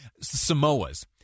Samoas